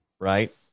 Right